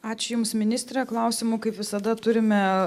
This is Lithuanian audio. ačiū jums ministre klausimų kaip visada turime